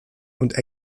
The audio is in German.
und